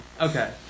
Okay